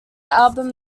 album